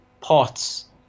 parts